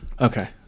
Okay